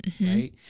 Right